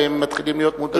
והם מתחילים להיות מודאגים.